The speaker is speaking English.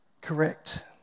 Correct